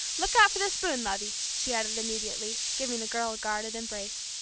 look out for this spoon, lovey, she added immediately, giving the girl a guarded embrace.